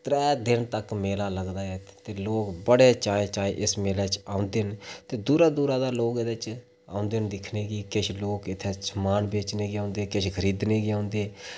त्रै दिन तक्कर मेला लगदा ऐ इत्थै ते लोग बड़े चाएं चाएं इस मेले च औंदे न ते दूरा दूरा दा लोक एह्दे च औंदे न दिक्खने गी किश लोक इत्थै समान बेचने गी औंदे किश खरीदने गी औंदे